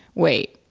wait,